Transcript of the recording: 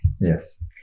yes